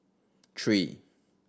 three